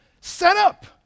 setup